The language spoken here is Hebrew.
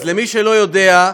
אז למי שלא יודע,